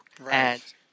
Right